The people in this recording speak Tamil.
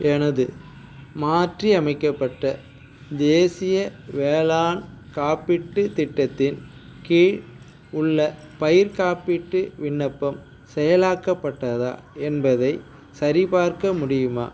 எனது மாற்றியமைக்கப்பட்ட தேசிய வேளாண் காப்பீட்டுத் திட்டத்தின் கீழ் உள்ள பயிர்க் காப்பீட்டு விண்ணப்பம் செயலாக்கப்பட்டதா என்பதைச் சரிபார்க்க முடியுமா